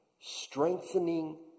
strengthening